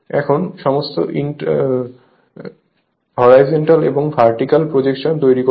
এখন সমস্ত হরাইজন্টাল এবং ভার্টিক্যাল প্রজেকশন তৈরি করুন